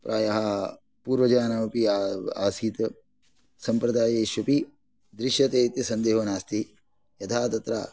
प्रायः पूर्वजानामपि आसीत् सम्प्रदायेष्वपि दृश्यते इति सन्देहो नास्ति यदा तत्र